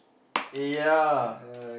eh ya